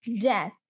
death